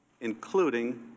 including